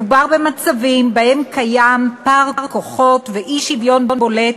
מדובר במצבים שבהם קיים פער כוחות ואי-שוויון בולט